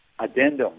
Addendum